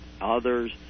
others